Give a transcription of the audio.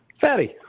Fatty